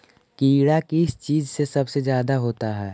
कीड़ा किस चीज से सबसे ज्यादा होता है?